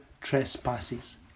trespasses